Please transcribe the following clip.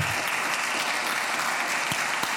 (מחיאות כפיים)